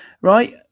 right